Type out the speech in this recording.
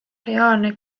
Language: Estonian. reaalne